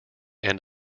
end